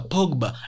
Pogba